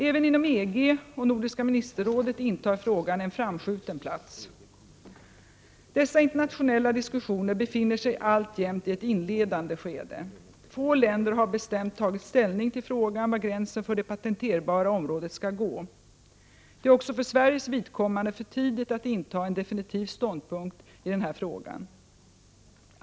Även inom EG och Nordiska ministerrådet intar frågan en framskjuten plats. Dessa internationella diskussioner befinner sig alltjämt i ett inledande skede. Få länder har bestämt tagit ställning till frågan var gränsen för det patenterbara området skall gå. Det är också för Sveriges vidkommande för tidigt att inta en definitiv ståndpunkt i denna fråga.